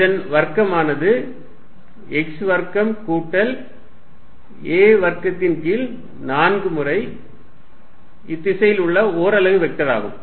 இதன் வர்க்கமானது x வர்க்கம் கூட்டல் a வர்க்கத்தின் கீழ் 4 முறை இத்திசையில் உள்ள ஓரலகு வெக்டர் ஆகும்